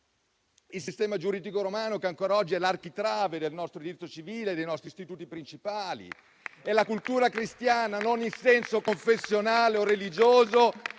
il sistema giuridico romano, che ancora oggi è l'architrave del nostro diritto civile e dei nostri istituti principali; e la cultura cristiana, non nel senso confessionale o religioso,